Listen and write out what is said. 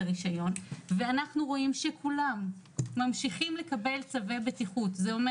הרישיון ואנחנו רואים שכולם ממשיכים לקבל צווי בטיחות זה אומר